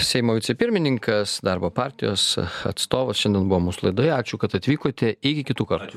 seimo vicepirmininkas darbo partijos atstovas šiandien buvo mūsų laidoje ačiū kad atvykote iki kitų kartų